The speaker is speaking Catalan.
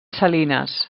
salines